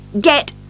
Get